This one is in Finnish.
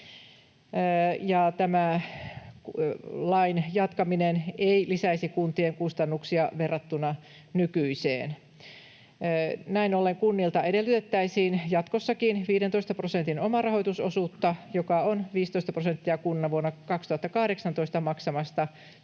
ja lain jatkaminen ei lisäisi kuntien kustannuksia verrattuna nykyiseen. Näin ollen kunnilta edellytettäisiin jatkossakin 15 prosentin omarahoitusosuutta, joka on 15 prosenttia kunnan vuonna 2018 maksamasta